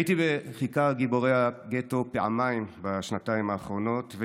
הייתי בכיכר גיבורי הגטו פעמיים בשנתיים האחרונות,